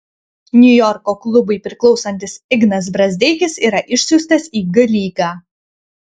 niujorko klubui priklausantis ignas brazdeikis yra išsiųstas į g lygą